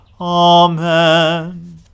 Amen